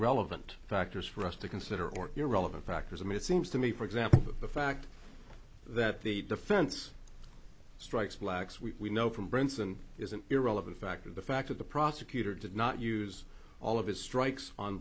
relevant factors for us to consider or irrelevant factors i mean it seems to me for example the fact that the defense strikes blacks we know from brinson is an irrelevant factor the fact that the prosecutor did not use all of his strikes on